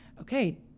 okay